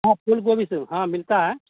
हँ फूलगोबी सब हाँ मिलता है